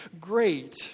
great